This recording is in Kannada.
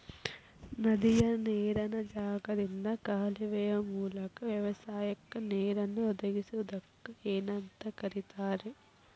ನದಿಯ ನೇರಿನ ಜಾಗದಿಂದ ಕಾಲುವೆಯ ಮೂಲಕ ವ್ಯವಸಾಯಕ್ಕ ನೇರನ್ನು ಒದಗಿಸುವುದಕ್ಕ ಏನಂತ ಕರಿತಾರೇ?